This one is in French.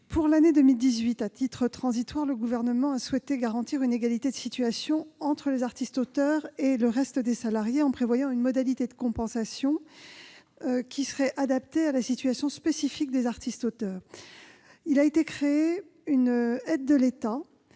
Pour l'année 2018, à titre transitoire, le Gouvernement a souhaité garantir une égalité de situation entre les artistes auteurs et les salariés en prévoyant une modalité de compensation adaptée à la situation spécifique de ces personnes. Une aide de l'État